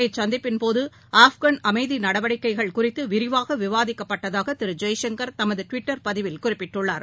இச்சந்திப்பின்போதுஆஃஃகன் அமைதிநடவடிக்கைகள் குறித்துவிரிவாகவிவாதிக்கப்பட்டதாகதிருஜெய்சங்கர் தமதுடுவிட்டர் பதிவில் குறிப்பிட்டுள்ளார்